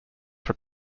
were